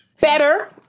better